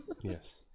Yes